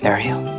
Ariel